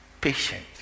patient